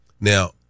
Now